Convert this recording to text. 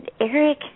Eric